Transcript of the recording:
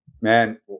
man